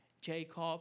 Jacob